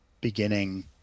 beginning